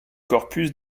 corpus